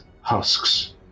husks